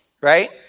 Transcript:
right